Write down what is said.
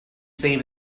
save